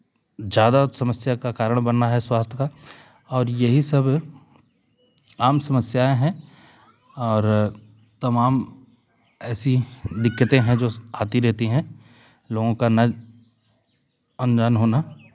ज्यादा समस्या का कारण बन रहा है स्वास्थ्य का और यही सब आम समस्याएँ हैं और तमाम ऐसी दिक्कतें हैं जो आती रहती हैं लोगों का ना अनजान होना